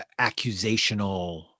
accusational